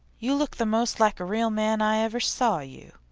you look the most like a real man i ever saw you,